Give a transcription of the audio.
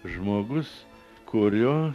žmogus kurio